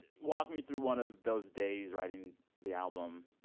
walk me through one of those days writing the album.